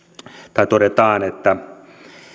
todetaan että